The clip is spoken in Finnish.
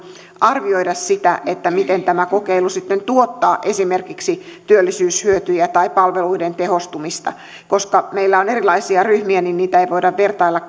arvioida sitä miten tämä kokeilu sitten tuottaa esimerkiksi työllisyyshyötyjä tai palveluiden tehostumista koska meillä on erilaisia ryhmiä niitä ei voida vertailla